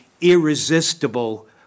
irresistible